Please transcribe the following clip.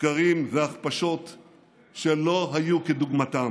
שקרים והכפשות שלא היו כדוגמתם,